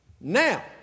Now